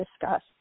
discuss